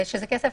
זה כסף